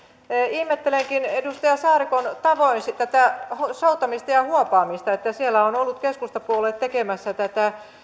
ihmettelenkin edustaja saarikon tavoin tätä soutamista ja huopaamista että siellä on ollut keskustapuolue tekemässä tätä